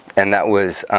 and that was